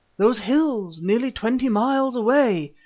those hills nearly twenty miles away.